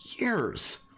years